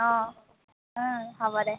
অঁ অঁ হ'ব দে